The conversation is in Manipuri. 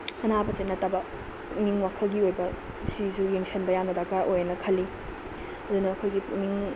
ꯑꯅꯥꯕꯁꯦ ꯅꯠꯇꯕ ꯄꯨꯛꯅꯤꯡ ꯋꯥꯈꯜꯒꯤ ꯑꯣꯏꯕ ꯁꯤꯁꯨ ꯌꯦꯡꯁꯤꯟꯕ ꯌꯥꯝꯅ ꯗꯥꯔꯀ ꯑꯣꯏ ꯍꯥꯏꯅ ꯈꯜꯂꯤ ꯑꯗꯨꯅ ꯑꯩꯈꯣꯏꯒꯤ ꯄꯨꯛꯅꯤꯡ